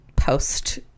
Post